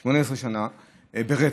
18 שנה ברצף,